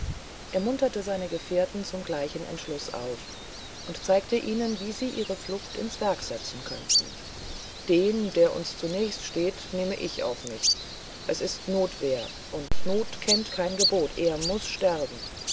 er munterte seine gefährten zum gleichen entschluß auf und zeigte ihnen wie sie ihre flucht ins werk setzen könnten den der uns zunächst steht nehme ich auf mich es ist notwehr und not kennt kein gebot er muß sterben